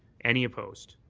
any opposed?